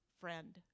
friend